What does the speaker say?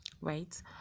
right